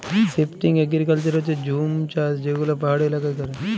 shifting agriculture হচ্যে জুম চাষ যে গুলা পাহাড়ি এলাকায় ক্যরে